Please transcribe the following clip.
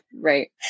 right